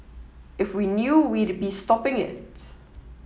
if we knew we'd be stopping it